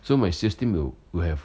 so my sales team will will have